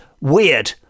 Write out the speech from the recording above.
weird